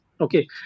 okay